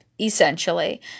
essentially